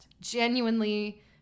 genuinely